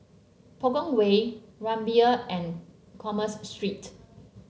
Punggol Way Rumbia and Commerce Street